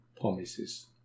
promises